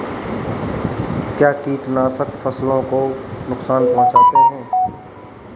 क्या कीटनाशक फसलों को नुकसान पहुँचाते हैं?